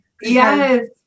yes